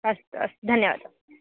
अस्तु अस्तु धन्यवादः